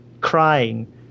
crying